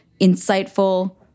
insightful